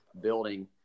building